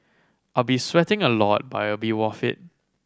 I'll be sweating a lot but it'll be worth it